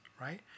right